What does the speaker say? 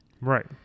Right